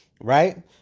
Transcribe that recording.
right